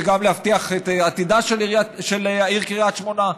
וגם להבטיח את עתידה של העיר קריית שמונה.